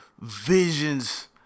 visions